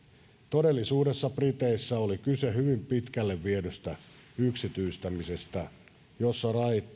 todellisuudessa briteissä oli kyse hyvin pitkälle viedystä yksityistämisestä jossa